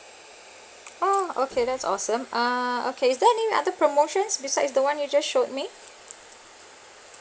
oh okay that's awesome uh okay is there any other promotions besides the one you just showed me